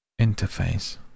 Interface